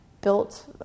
built